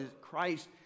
Christ